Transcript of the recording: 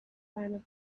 planet